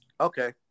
Okay